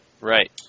Right